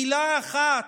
מילה אחת,